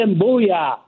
booyah